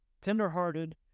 tenderhearted